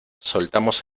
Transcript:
soltamos